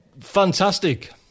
fantastic